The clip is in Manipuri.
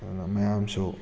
ꯑꯗꯨꯅ ꯃꯌꯥꯝꯁꯨ